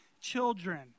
children